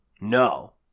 No